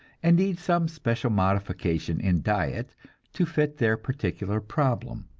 and need some special modification in diet to fit their particular problem.